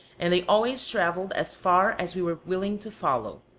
and they always traveled as far as we were willing to follow.